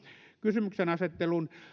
kysymyksenasettelun